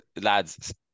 lads